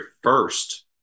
first